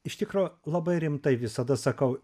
iš tikro labai rimtai visada sakau